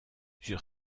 sur